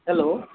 hello